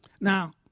Now